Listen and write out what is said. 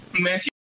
Matthew